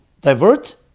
divert